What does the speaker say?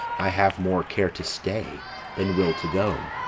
i have more care to stay than will to go.